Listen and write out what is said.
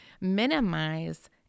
minimize